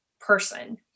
person